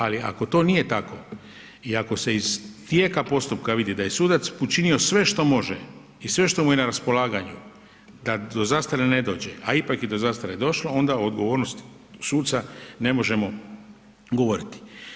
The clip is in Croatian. Ali ako to nije tako i ako se iz tijeka postupka vidi da je sudac učinio sve što može i sve što mu je na raspolaganju da do zastare ne dođe, a ipak je do zastare došlo onda odgovornost suca ne možemo govoriti.